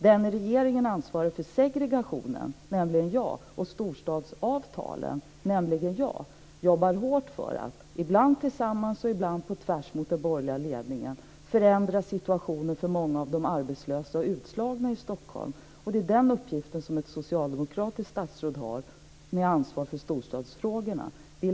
Den i regeringen ansvariga för segregationen, nämligen jag, och storstadsavtalen, nämligen jag, jobbar hårt för att ibland tillsammans med och ibland på tvärs mot den borgerliga ledningen förändra situationen för många av de arbetslösa och utslagna i Stockholm. Och det är den uppgiften som ett socialdemokratiskt statsråd med ansvar för storstadsfrågorna har.